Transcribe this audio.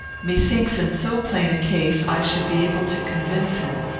methinks in so plain a case i should be able to convince him.